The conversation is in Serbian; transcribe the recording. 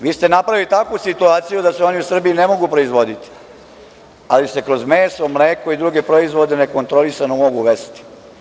Vi ste napravili takvu situaciju da se oni u Srbiji ne mogu proizvoditi, ali se kroz meso, mleko i druge proizvode nekontrolisano mogu uvesti.